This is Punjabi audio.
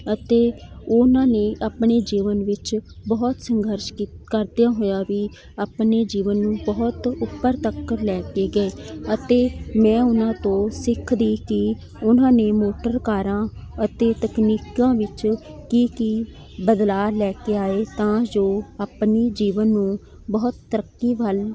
ਅਤੇ ਉਨ੍ਹਾਂ ਨੇ ਆਪਣੇ ਜੀਵਨ ਵਿੱਚ ਬਹੁਤ ਸੰਘਰਸ਼ ਕੀ ਕਰਦਿਆਂ ਹੋਇਆ ਵੀ ਆਪਣੇ ਜੀਵਨ ਨੂੰ ਬਹੁਤ ਉਪਰ ਤੱਕਰ ਲੈ ਕੇ ਗਏ ਅਤੇ ਮੈਂ ਉਹਨਾਂ ਤੋਂ ਸਿੱਖਦੀ ਕਿ ਉਨ੍ਹਾਂ ਨੇ ਮੋਟਰ ਕਾਰਾਂ ਅਤੇ ਤਕਨੀਕਾਂ ਵਿੱਚ ਕੀ ਕੀ ਬਦਲਾਅ ਲੈ ਕੇ ਆਏ ਤਾਂ ਜੋ ਆਪਣੇ ਜੀਵਨ ਨੂੰ ਬਹੁਤ ਤਰੱਕੀ ਵੱਲ